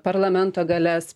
parlamento galias